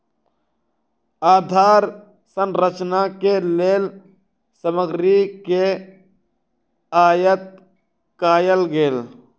आधार संरचना के लेल सामग्री के आयत कयल गेल